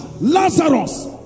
Lazarus